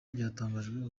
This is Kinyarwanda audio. byatangajwe